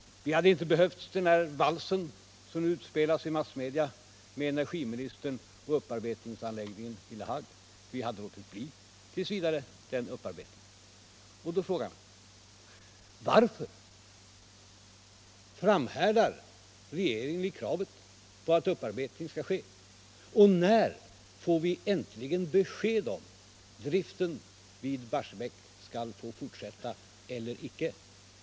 Vi hade inte behövt den här valsen som spelas upp i massmedia med energiministern och upparbetningsanläggningen i La Hague. Vi hade t.v. låtit bli den upparbetningen. Då frågar jag: Varför framhärdar regeringen i kravet på att upparbetning skall ske? Och när får vi äntligen besked om huruvida driften vid Barsebäck skall få fortsätta eller icke?